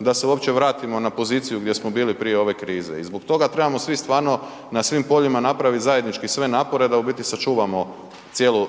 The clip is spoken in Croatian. da se uopće vratimo na poziciju gdje smo bili prije ove krize. I zbog toga trebamo svi stvarno na svim poljima napraviti zajednički sve napore da u biti sačuvamo